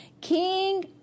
king